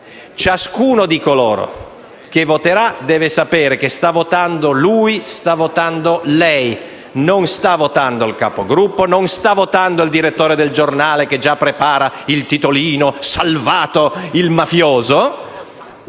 Ciascuno di coloro che voteranno deve sapere che sta votando lui, sta votando lei, non sta votando il capogruppo e non sta votando il direttore del giornale che già prepara il titolino («salvato il mafioso»)